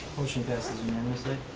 motion passes unanimously.